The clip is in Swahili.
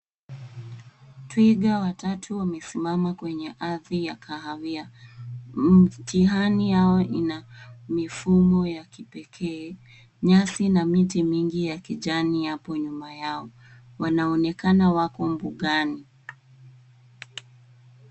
Twiga watatu wamesimama kwenye ardhi ya kahawia. Mtihani yao ina mifumo ya kipekee. Nyasi na miti mingi ya kijani hapo nyuma yao. Wanaonekana wapo mbugani.